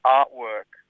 artwork